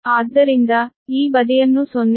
ಆದ್ದರಿಂದ ಈ ಬದಿಯನ್ನು 0